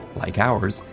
like ours,